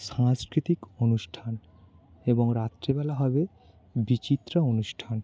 সাংস্কৃতিক অনুষ্ঠান এবং রাত্রিবেলা হবে বিচিত্রা অনুষ্ঠান